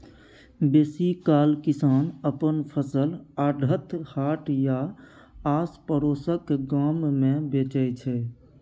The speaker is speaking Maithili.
बेसीकाल किसान अपन फसल आढ़त, हाट या आसपरोसक गाम मे बेचै छै